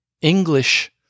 English